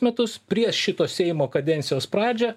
metus prieš šito seimo kadencijos pradžią